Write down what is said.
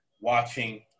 watching